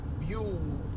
view